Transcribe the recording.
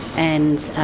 and